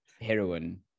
heroin